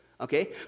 okay